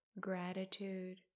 gratitude